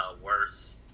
worse